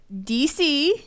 DC